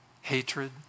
hatred